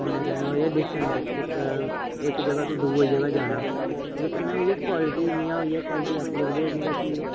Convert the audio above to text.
कन्नै कन्नै होई गेआ डिस्टेंट इक इक जगह् तुं दुए जगह् जाना ते कन्नै होई गेआ क्वालटी जियां होई गेआ क्वालटी आखी सकदे ओ जियां कि